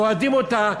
שהם אוהדים אותה,